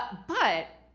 but